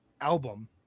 album